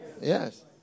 Yes